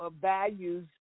values